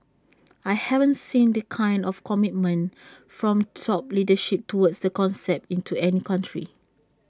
I haven't seen the kind of commitment from top leadership towards the concept into any other country